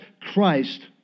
Christ